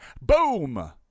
Boom